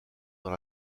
dans